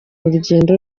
urugendo